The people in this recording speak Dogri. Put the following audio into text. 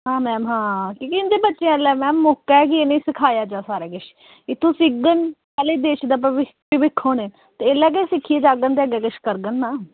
हां मैम हां कि जे इनें बच्चें दा अज्जें मौका ऐ केह् इनेंगी सखाया जा सारा किश इत्थूं सिक्खङन देश दा भविक्ख होने एह्लै गै सिखियै जांङन ते अग्गे किश करङन ना